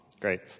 Great